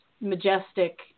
majestic